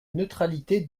neutralité